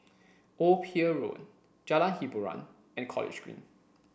Old Pier Road Jalan Hiboran and College Green